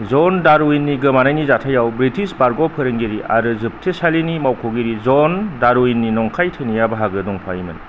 जन डार्विननि गोमानायनि जाथायाव ब्रिटिश बारग' फोरोंगिरि आरो जोबथेसालिनि मावख'गिरि जन डार्विननि नंखाय थैनाया बाहागो दंफायोमोन